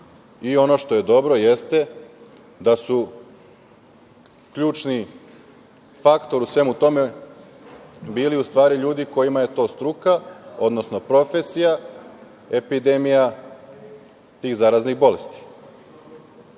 Ono što je dobro, jeste da su ključni faktor u svemu tome bili u stvari ljudi kojima je to struka, odnosno profesija – epidemija tih zaraznih bolesti.